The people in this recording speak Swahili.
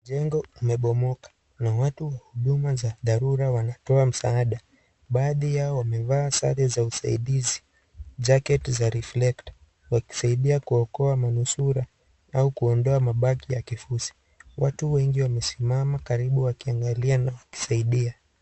Jengo limebomoka na watu wa huduma za dharura wanatoa msaada; baadhi yao wamevaa sare za usaidizi jacket za reflector , wakisaidia kuokoa manusura au kuondoa mabaki ya kifusi. Watu wengi wamesimama karibu, wakiangalia na wakisaidia.